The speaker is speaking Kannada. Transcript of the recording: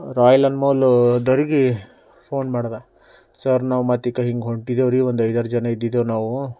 ರಾಯ್ಲನ್ ಮಾಲುನವ್ರಿಗೆ ಫೋನ್ ಮಾಡ್ದೆ ಸರ್ ನಾವು ಮತ್ತೀಗ ಹಿಂಗೆ ಹೊಂಟಿದೇವ್ರಿ ಒಂದು ಐದಾರು ಜನ ಇದ್ದಿದ್ದೇವೆ ನಾವು